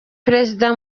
perezida